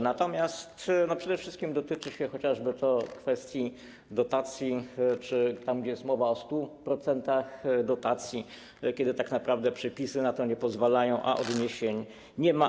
Natomiast przede wszystkim dotyczy to chociażby kwestii dotacji czy miejsc, gdzie jest mowa o 100% dotacji, kiedy tak naprawdę przepisy na to nie pozwalają, a odniesień nie ma.